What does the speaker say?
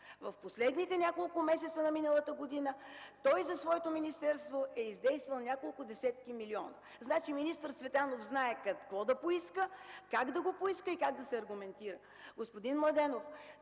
В последните няколко месеца на миналата година той е издействал за своето министерството няколко десетки милиона. Значи министър Цветанов знае какво да поиска, как да го поиска и как да се аргументира.